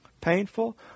painful